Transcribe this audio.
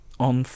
on